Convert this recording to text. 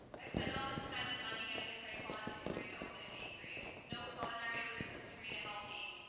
i spend all this time and money getting a psychology degree to open a bakery, no culinary or business degree to help me.